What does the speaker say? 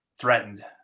threatened